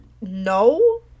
No